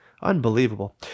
Unbelievable